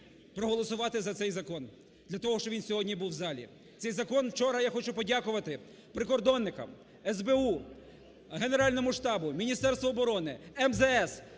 проголосувати за цей закон для того, щоб він сьогодні був в залі. Цей закон вчора, я хочу подякувати прикордонникам, СБУ, Генеральному штабу, Міністерству оборони, МЗС,